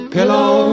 Pillow